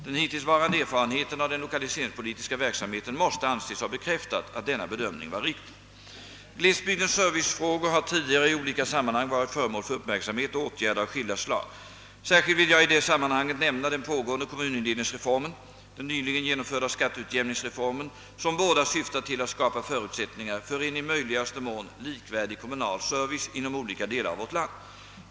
Den hittillsvarande erfarenheten av den lokaliseringspolitiska verksamheten måste anses ha bekräftat att denna bedömning var riktig. Glesbygdens servicefrågor har tidigare i olika sammanhang varit föremål för uppmärksamhet och åtgärder av skilda slag. Särskilt vill jag i det sammanhanget nämna den pågående kommunindelningsreformen och den nyligen genomförda skatteutjämningsreformen som båda syftar till att skapa förutsättningar för en i möjligaste mån likvärdig kommunal service inom olika delar av vårt land.